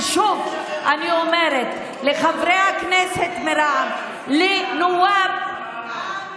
ושוב אני אומרת לחברי הכנסת מרע"מ: (אומרת